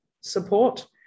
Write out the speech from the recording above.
support